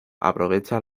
aprovecha